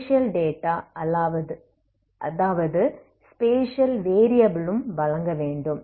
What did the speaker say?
spatial data அதாவது spatial வேரியபிலும் வழங்க வேண்டும்